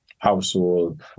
Household